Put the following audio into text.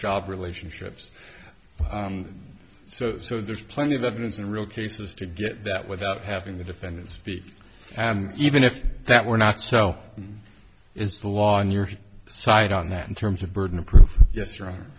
job relationships and so so there's plenty of evidence in real cases to get that without having the defendant speak and even if that were not so is the law on your side on that in terms of burden of proof ye